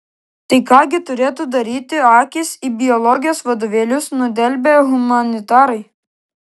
tai ką gi turėtų daryti akis į biologijos vadovėlius nudelbę humanitarai